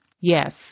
Yes